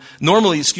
normally